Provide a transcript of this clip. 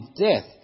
death